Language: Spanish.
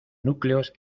núcleos